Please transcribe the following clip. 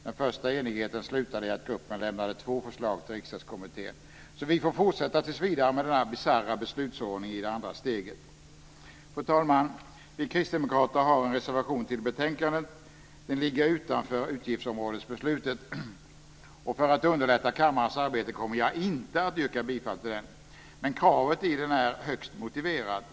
Den första enigheten slutade i att gruppen lämnar två förslag till Riksdagskommittén. Så vi får tills vidare fortsätta med denna bisarra beslutsordning i det andra steget. Fru talman! Vi kristdemokrater har en reservation till betänkandet. Den ligger utanför utgiftsområdesbeslutet. För att underlätta kammarens arbete kommer jag inte att yrka bifall till den. Men kravet i den är högst motiverat.